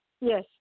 Yes